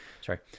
Sorry